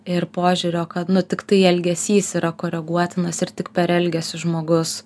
ir požiūrio kad nu tiktai elgesys yra koreguotinas ir tik per elgesį žmogus